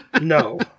No